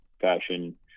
fashion